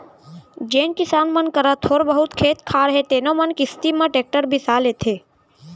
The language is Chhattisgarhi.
जेन किसान मन करा थोर बहुत खेत खार हे तेनो मन किस्ती म टेक्टर बिसा लेथें